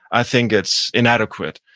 i think it's inadequate,